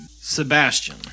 Sebastian